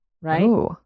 Right